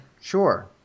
Sure